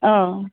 अ